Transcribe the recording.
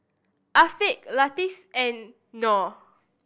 Afiq Latif and Noh